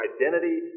identity